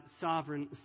sovereign